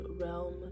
realm